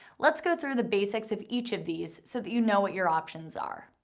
let's go through the basics of each of these so that you know what your options are.